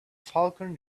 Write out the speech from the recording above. falcon